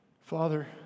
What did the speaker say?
Father